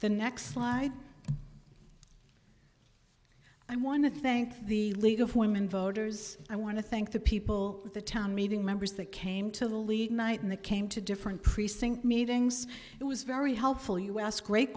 the next slide i want to thank the league of women voters i want to thank the people at the town meeting members that came to the league night and they came to different precinct meetings it was very helpful you ask great